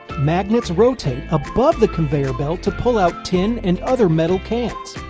magnets rotate above the conveyor belt to pull out tin and other metal cans.